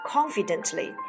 Confidently